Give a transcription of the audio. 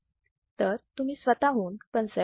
तर तुम्ही स्वतःहून कन्सेप्ट समजून घ्यायचा प्रयत्न करा